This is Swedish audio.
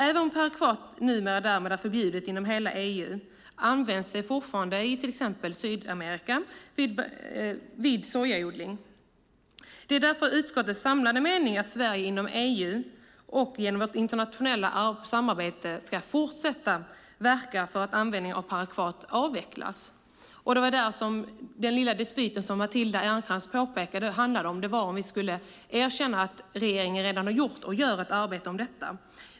Även om parakvat numera därmed är förbjudet inom hela EU används det fortfarande i exempelvis Sydamerika vid sojaodling. Det är därför utskottets samlade mening att Sverige inom EU och genom vårt internationella samarbete ska fortsätta att verka för att användningen av parakvat avvecklas. Den lilla dispyt som Matilda Ernkrans påpekade handlade om huruvida vi skulle erkänna att regeringen redan har gjort eller gör ett arbete om detta.